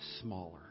Smaller